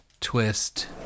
twist